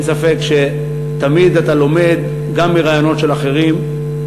אין ספק שתמיד אתה לומד גם מרעיונות של אחרים,